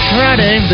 Friday